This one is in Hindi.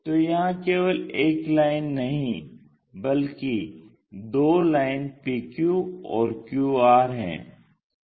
तो यहाँ केवल एक लाइन नहीं बल्कि दो लाइन PQ और QR हैं